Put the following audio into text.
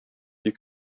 you